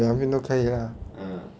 两边都可以 lah